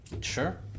Sure